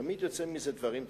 ותמיד יוצאים מזה דברים טובים.